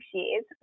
years